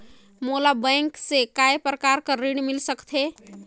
मोला बैंक से काय प्रकार कर ऋण मिल सकथे?